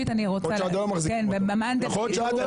יכול להיות שעד היום מחזיקים אותו.